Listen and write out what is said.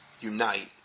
Unite